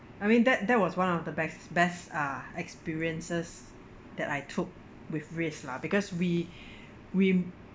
I mean that that was one of the best best uh experiences that I took with risk lah because we we